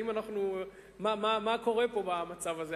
מה קורה פה במצב הזה?